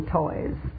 toys